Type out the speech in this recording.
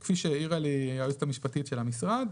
כפי שהעירה לי היועצת המשפטית של המשרד,